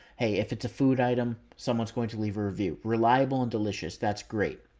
hey, if it's a food item, someone's going to leave a review. reliable and delicious. that's great.